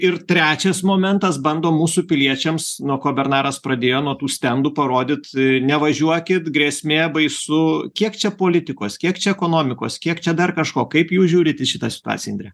ir trečias momentas bando mūsų piliečiams nuo ko bernaras pradėjo nuo tų stendų parodyt nevažiuokit grėsmė baisu kiek čia politikos kiek čia ekonomikos kiek čia dar kažko kaip jūs žiūrit į šitą situaciją indre